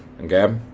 Okay